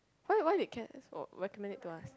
why why did Cass oh recommended it to us